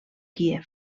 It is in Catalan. kíev